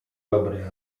dobry